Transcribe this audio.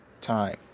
time